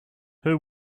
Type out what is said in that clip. who